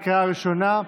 לקריאה הראשונה.